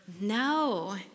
No